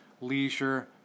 leisure